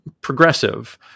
progressive